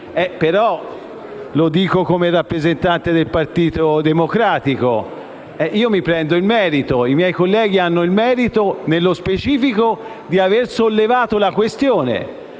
Però - lo dico come rappresentante del Partito Democratico - io mi prendo il merito. I miei colleghi hanno il merito, nello specifico, di aver sollevato la questione